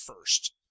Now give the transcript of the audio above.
first